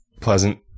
pleasant